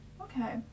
Okay